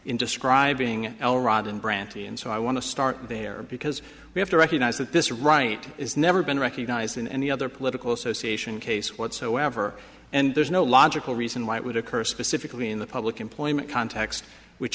into scribing l rod and brantley and so i want to start there because we have to recognize that this right is never been recognized in any other political associations case whatsoever and there's no logical reason why it would occur specifically in the public employment context which